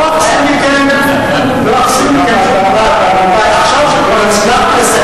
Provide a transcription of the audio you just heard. לא, כי ככה אתה צובע את כולם.